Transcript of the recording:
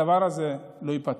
הדבר הזה לא ייפתר.